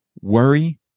worry